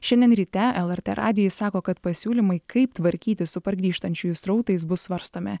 šiandien ryte lrt radijui sako kad pasiūlymai kaip tvarkytis su pargrįžtančiųjų srautais bus svarstomi